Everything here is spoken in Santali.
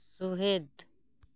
ᱥᱩᱦᱮᱫ